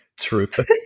Truth